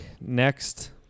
next